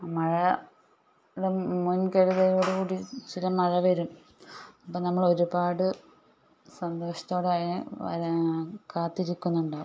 മഴ ചില മഴ വരും അപ്പോൾ നമ്മൾ ഒരുപാട് സന്തോഷത്തോടെ അതിനെ കാത്തിരിക്കുന്നുണ്ടാവും